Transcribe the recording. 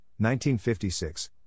1956